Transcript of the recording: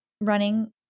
running